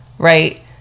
right